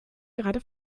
gerade